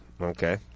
okay